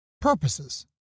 purposes